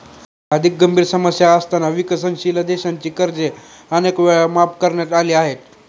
अधिक गंभीर समस्या असताना विकसनशील देशांची कर्जे अनेक वेळा माफ करण्यात आली आहेत